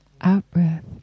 out-breath